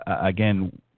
again